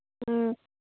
ꯎꯝ